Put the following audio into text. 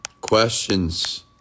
Questions